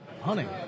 hunting